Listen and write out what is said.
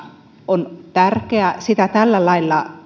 on tärkeää sitä tällä lailla